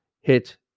hit